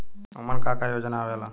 उमन का का योजना आवेला?